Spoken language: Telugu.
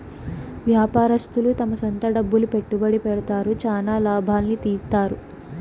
వ్యాపారస్తులు తమ సొంత డబ్బులు పెట్టుబడి పెడతారు, చానా లాభాల్ని తీత్తారు